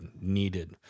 Needed